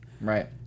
Right